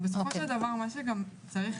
זה לא נושא הדיון וכל מי שיפריע היום, יצא החוצה.